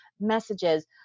messages